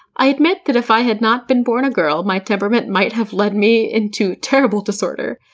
i admit that if i had not been born a girl, my temperament might have led me into terrible disorder.